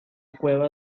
cueva